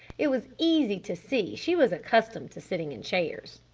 it was easy to see she was accustomed to sitting in chairs.